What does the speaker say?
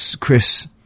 Chris